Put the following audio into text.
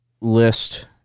List